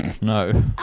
No